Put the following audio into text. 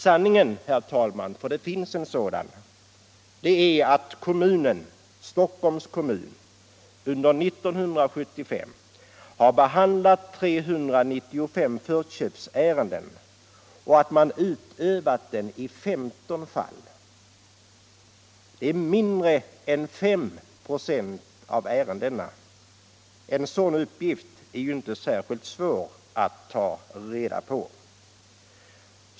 Sanningen — det finns en sådan — är att Stockholms kommun under 1975 behandlade 395 förköpsärenden och att förköpsrätten utövades i 15 fall. Det är mindre än 5 96 av ärendena. En sådan uppgift är ju inte särskilt svår att få fram.